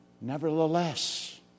Nevertheless